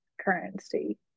currency